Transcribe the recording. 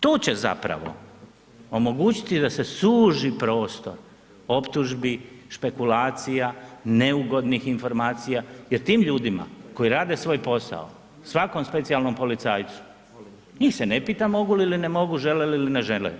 To će zapravo omogućiti da se suzi prostor optužbi, špekulacija, neugodnih informacija jer tim ljudima koji rade svoj posao, svakom specijalnom policajcu, njih se ne pita mogu li ili ne mogu, žele li ili ne žele.